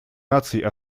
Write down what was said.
наций